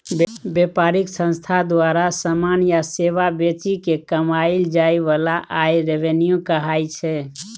बेपारिक संस्था द्वारा समान या सेबा बेचि केँ कमाएल जाइ बला आय रेवेन्यू कहाइ छै